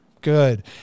Good